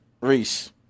Reese